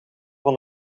van